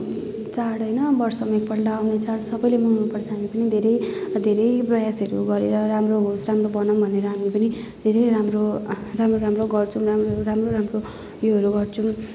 चाड होइन वर्षमा एकपल्ट आउने चाड सबैले मनाउनुपर्छ हामी पनि धेरै धेरै प्रयासहरू गरेर राम्रो होस् राम्रो बनाऊँ भनेर हामी पनि धेरै राम्रो राम्रो राम्रो गर्छौँ राम्रो राम्रो राम्रो उयोहरू गर्छौँ